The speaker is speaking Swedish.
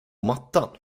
mattan